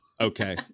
Okay